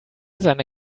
seine